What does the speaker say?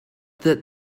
that